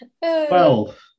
twelve